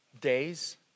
days